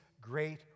great